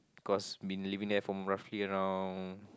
cause been living there from roughly around